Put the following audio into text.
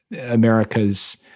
America's